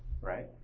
right